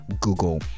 Google